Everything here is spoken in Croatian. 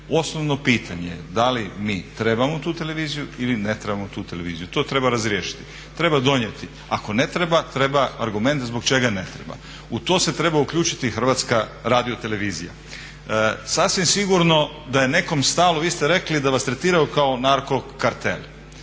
Osnovno pitanje je da li mi trebamo tu televiziju ili ne trebamo tu televiziju? To treba razriješiti. Treba donijeti ako ne treba, treba argument zbog čega ne treba. U to se treba uključiti HRT. Sasvim sigurno da je nekom stalo, vi ste rekli da vas tretiraju kao narko-kartel,